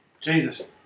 Jesus